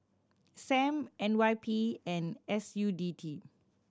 Sam N Y P and S U T D